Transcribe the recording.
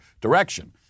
direction